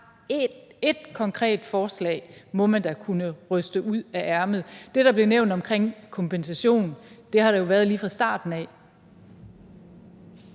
ét konkret forslag må man da kunne ryste ud af ærmet. Det, der blev nævnt om kompensation, har der jo været lige fra starten af.